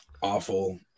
awful